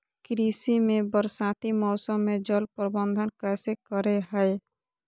कृषि में बरसाती मौसम में जल प्रबंधन कैसे करे हैय?